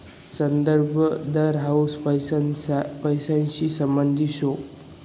संदर्भ दर हाउ पैसांशी संबंधित शे